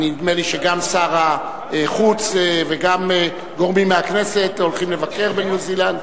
נדמה לי שגם שר החוץ וגם גורמים מהכנסת הולכים לבקר בניו-זילנד.